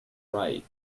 right